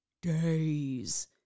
days